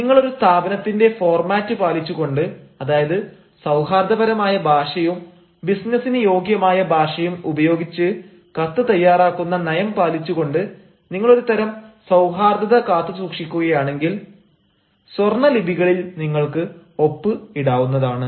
നിങ്ങൾ ഒരു സ്ഥാപനത്തിന്റെ ഫോർമാറ്റ് പാലിച്ചുകൊണ്ട് അതായത് സൌഹാർദ്ദപരമായ ഭാഷയും ബിസിനസിന് യോഗ്യമായ ഭാഷയും ഉപയോഗിച്ച് കത്ത് തയ്യാറാക്കുന്ന നയം പാലിച്ചുകൊണ്ട് നിങ്ങൾ ഒരു തരം സൌഹാർദ്ദത കാത്തുസൂക്ഷിക്കുകയാണെങ്കിൽ സ്വർണ്ണലിപികളിൽ നിങ്ങൾക്ക് ഒപ്പ് ഇടാവുന്നതാണ്